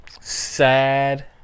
sad